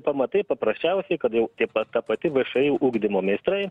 pamatai paprasčiausiai kad jau tie pat ta pati vaikai všį ugdymo meistrai